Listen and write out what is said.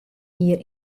jier